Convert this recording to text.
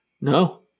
No